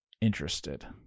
interested